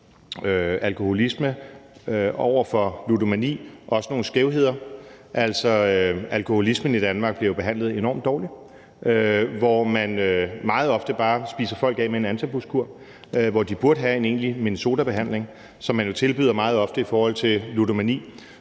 alkoholisme på over for ludomani, også nogle skævheder. Altså, alkoholisme i Danmark bliver jo behandlet enormt dårligt, hvor man meget ofte bare spiser folk af med en antabuskur, og hvor de burde have en egentlig minnesotabehandling, som man jo tilbyder meget ofte i forhold til ludomani.